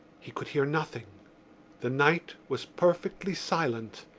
he could hear nothing the night was perfectly silent.